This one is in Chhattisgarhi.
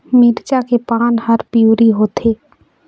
मिरचा के पान हर पिवरी होवथे?